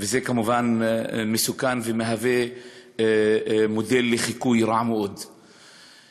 וזה כמובן מסוכן ומודל רע מאוד לחיקוי.